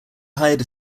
hired